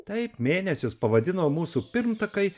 taip mėnesius pavadino mūsų pirmtakai